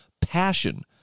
passion